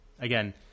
Again